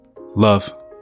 Love